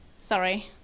sorry